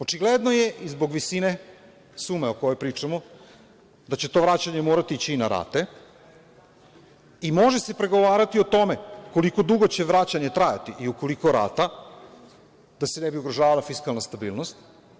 Očigledno je i zbog visine sume o kojoj pričamo, da će to vraćanje morati ići i na rate i može se pregovarati o tome koliko dugo će vraćanje trajati i u koliko rata, da se ne bi ugrožavala fiskalna stabilnost.